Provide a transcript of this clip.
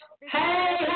Hey